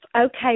Okay